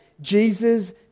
Jesus